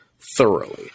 thoroughly